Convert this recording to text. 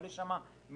כאשר יש שם מנעד.